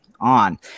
on